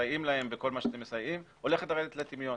מסייעים להם הולכת לרדת לטמיון.